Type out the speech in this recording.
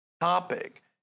topic